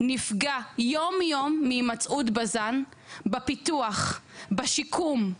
נפגע יום-יום מהימצאות בז"ן בפיתוח, בשיקום,